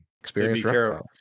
experience